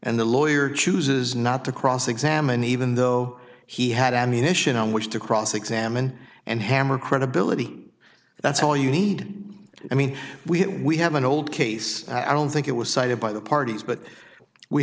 and the lawyer chooses not to cross examine even though he had ammunition on which to cross examine and hammer credibility that's all you need i mean we we have an old case i don't think it was cited by the parties but we